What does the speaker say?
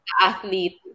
Athlete